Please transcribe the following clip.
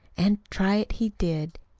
and try it he did.